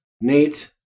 Nate